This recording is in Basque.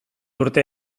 urte